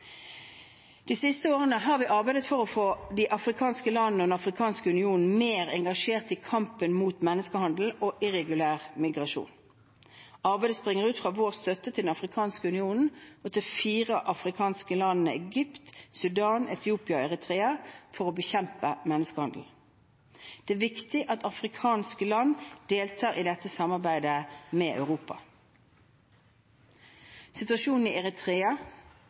De siste årene har vi arbeidet for å få de afrikanske landene og Den afrikanske union mer engasjert i kampen mot menneskehandel og irregulær migrasjon. Arbeidet springer ut fra vår støtte til Den afrikanske union og til de fire afrikanske landene Egypt, Sudan, Etiopia og Eritrea for å bekjempe menneskehandel. Det er viktig at afrikanske land deltar i dette samarbeidet med Europa. Situasjonen i Eritrea